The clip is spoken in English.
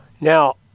Now